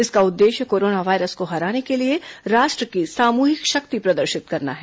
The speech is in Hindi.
इसका उद्देश्य कोरोना वायरस को हराने के लिए राष्ट्र की सामूहिक शक्ति प्रदर्शित करना है